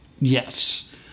Yes